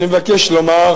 אני מבקש לומר